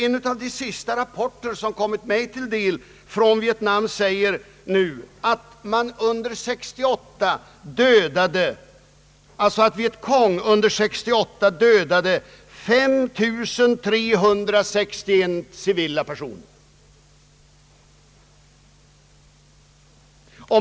En av de sista rapporter som kommit mig till del från Vietnam säger att vietcong under 1968 dödade 5 361 civila personer.